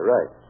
Right